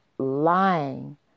lying